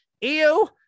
Ew